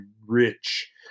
rich